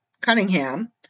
Cunningham